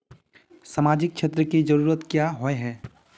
सामाजिक क्षेत्र की जरूरत क्याँ होय है?